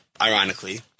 ironically